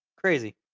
Crazy